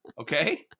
Okay